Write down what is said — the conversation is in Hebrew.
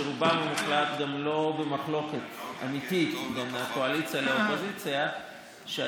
שרובם המוחלט גם לא במחלוקת אמיתית בקואליציה ובאופוזיציה,